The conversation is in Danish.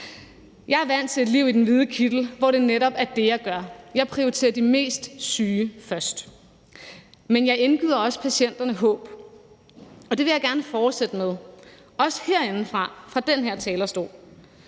Jeg er vant til et liv i den hvide kittel, hvor det netop er det, jeg gør. Jeg prioriterer de mest syge først. Men jeg indgyder også patienterne håb, og det vil jeg gerne fortsætte med, også herindefra fra den her talerstol,